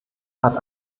hat